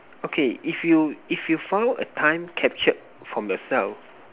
okay if you if you found a time captured from yourself